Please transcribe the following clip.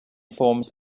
forms